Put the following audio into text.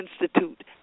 Institute